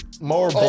More